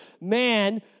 man